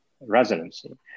residency